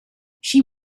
she